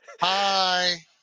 hi